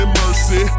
mercy